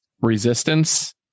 resistance